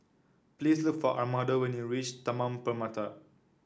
please look for Armando when you reach Taman Permata